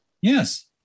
Yes